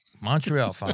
Montreal